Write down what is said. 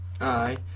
Aye